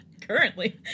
Currently